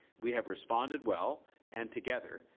we have responded well and together,